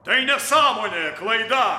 tai nesąmonė klaida